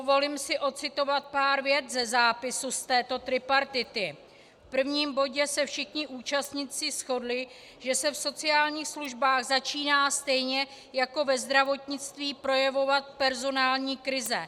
Dovolím si ocitovat pár vět ze zápisu z této tripartity: V prvním bodě se všichni účastníci shodli, že se v sociálních službách začíná stejně jako ve zdravotnictví projevovat personální krize.